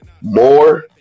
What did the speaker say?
more